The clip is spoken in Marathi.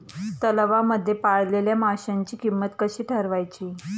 तलावांमध्ये पाळलेल्या माशांची किंमत कशी ठरवायची?